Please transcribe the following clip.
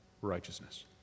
righteousness